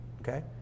Okay